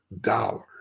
Dollars